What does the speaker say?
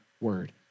word